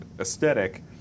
aesthetic